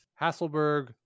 Hasselberg